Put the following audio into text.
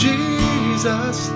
Jesus